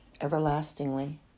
everlastingly